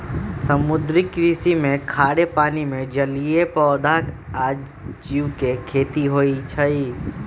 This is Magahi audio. समुद्री कृषि में खारे पानी में जलीय पौधा आ जीव के खेती होई छई